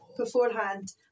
beforehand